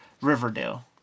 Riverdale